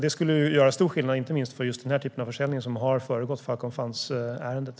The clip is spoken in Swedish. Det skulle göra stor skillnad, inte minst i den typ av försäljning som har föregått Falcon Funds-ärendet.